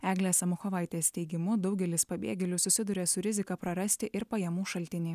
eglės samuchovaitės teigimu daugelis pabėgėlių susiduria su rizika prarasti ir pajamų šaltinį